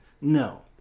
No